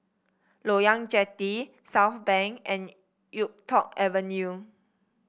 Loyang Jetty Southbank and YuK Tong Avenue